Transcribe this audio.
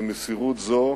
מסירות זו